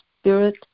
spirit